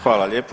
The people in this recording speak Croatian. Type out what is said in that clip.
Hvala lijepo.